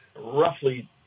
roughly